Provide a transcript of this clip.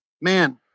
man